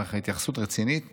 אך התייחסות רצינית נעדרת.